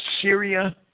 Syria